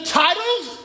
titles